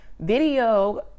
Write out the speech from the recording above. video